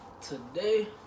Today